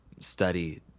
study